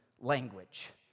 language